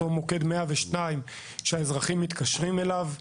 אותו מוקד 102 שהאזרחים מתקשרים אליו.